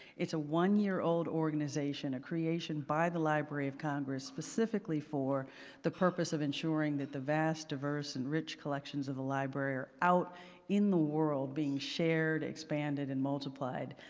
it's a one-year old organization, a creation by the library of congress, specifically for the purpose of ensuring that the vast, diverse and rich collections of a library are out in the world, being shared, expanded and multiplied,